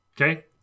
okay